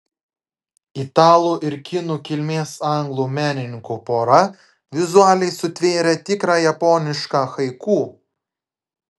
italų ir kinų kilmės anglų menininkų pora vizualiai sutvėrė tikrą japonišką haiku